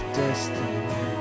destiny